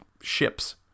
ships